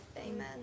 Amen